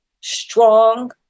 strong